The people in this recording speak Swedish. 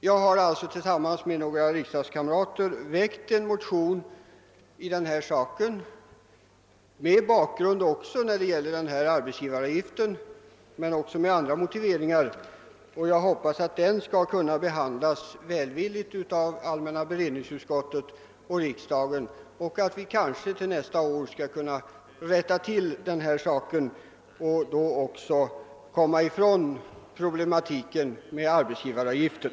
Jag har alltså tillsammans med några riksdagskamrater väckt en motion i denna fråga bl.a. mot bakgrunden av arbetsgivaravgiften men också med andra motiveringar, och jag hoppas att den skall behandlas välvilligt av allmänna beredningsutskottet och riksdagen, så att vi till nästa år skall kunna rätta till de föreliggande bristerna och då också komma till rätta med problemet om arbetsgivaravgiften.